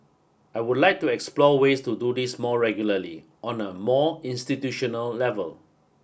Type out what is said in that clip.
I would like to explore ways to do this more regularly on a more institutional level